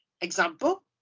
Example